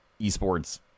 esports